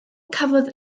cafodd